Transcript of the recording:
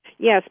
Yes